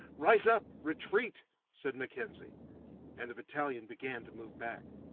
rise up retreat said mackenzie and the battalion began to move back.